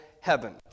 heaven